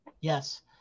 Yes